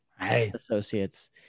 associates